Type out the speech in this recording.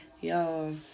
Yo